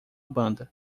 banda